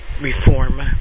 reform